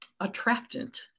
attractant